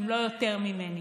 אם לא יותר ממני.